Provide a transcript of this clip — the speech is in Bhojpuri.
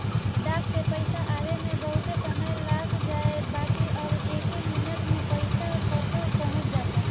डाक से पईसा आवे में बहुते समय लाग जाए बाकि अब एके मिनट में पईसा कतो पहुंच जाता